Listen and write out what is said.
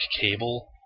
cable